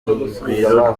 urugwiro